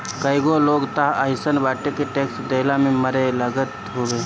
कईगो लोग तअ अइसनो बाटे के टेक्स देहला में मरे लागत हवे